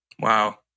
Wow